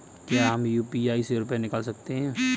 क्या हम यू.पी.आई से रुपये निकाल सकते हैं?